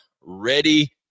ready